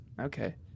Okay